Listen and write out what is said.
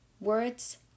words